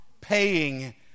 paying